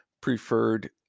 preferred